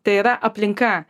tai yra aplinka